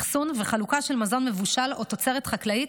אחסון וחלוקה של מזון מבושל או תוצרת חקלאית